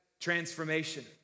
transformation